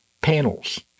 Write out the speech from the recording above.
panels